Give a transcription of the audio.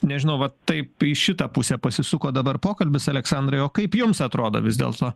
nežinau va taip į šitą pusę pasisuko dabar pokalbis aleksandrai o kaip jums atrodo vis dėlto